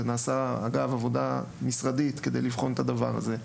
נעשתה עבודה משרדית כדי לבחון את הדבר הזה,